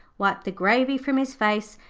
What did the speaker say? wiped the gravy from his face,